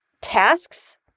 tasks